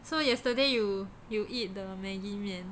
so yesterday you you eat the Maggie 面